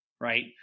right